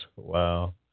Wow